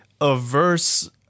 averse